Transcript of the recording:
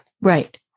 Right